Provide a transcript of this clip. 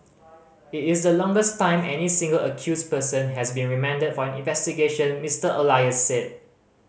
it is the longest time any single accused person has been remanded for an investigation Mister Elias said